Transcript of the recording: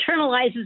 internalizes